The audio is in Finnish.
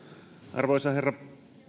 arvoisa herra